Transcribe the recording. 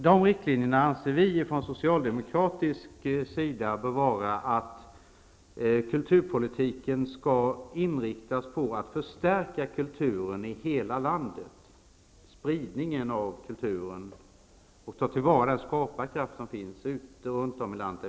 De riktlinjerna anser vi från socialdemokratisk sida bör vara att kulturpolitiken skall inriktas på att förstärka kulturen i hela landet. Det är viktigt att sprida kulturen och ta till vara den skaparkraft som finns runt om i landet.